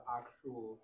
actual